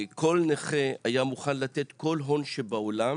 כל נכה היה מוכן לתת כל הון שבעולם